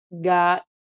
got